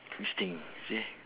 each thing ah you see